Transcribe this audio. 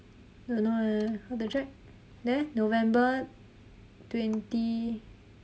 don't know eh how to check there november twenty